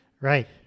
Right